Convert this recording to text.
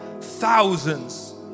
thousands